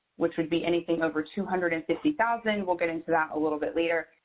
which would be anything over two hundred and fifty thousand. we'll get into that a little bit later,